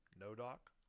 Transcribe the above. no-doc